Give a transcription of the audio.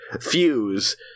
fuse